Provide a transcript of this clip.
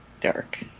dark